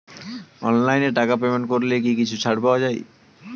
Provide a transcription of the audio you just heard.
অনলাইনে টাকা পেমেন্ট করলে কি কিছু টাকা ছাড় পাওয়া যায়?